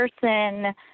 person